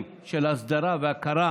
זאת כבר שאילתה על הגיור בישראל.